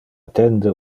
attende